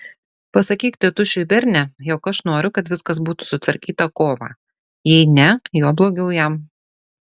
pasakyk tėtušiui berne jog aš noriu kad viskas būtų sutvarkyta kovą jei ne juo blogiau jam